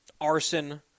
arson